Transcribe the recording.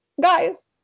Guys